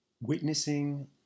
Witnessing